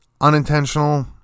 unintentional